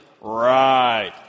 right